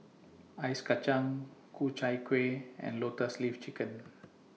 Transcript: Ice Kachang Ku Chai Kuih and Lotus Leaf Chicken